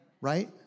right